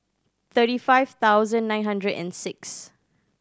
thirty five thousand nine hundred and six